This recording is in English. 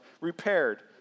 repaired